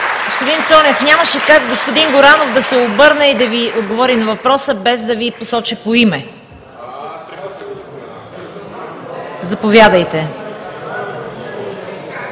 Господин Цонев, нямаше как господин Горанов да се обърне и да Ви отговори на въпроса, без да Ви посочи по име. (Реплики.)